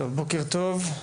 בוקר טוב,